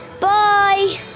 Bye